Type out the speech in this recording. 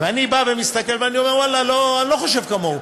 ואני בא ומסתכל, ואומר, ואללה, אני לא חושב כמוהו.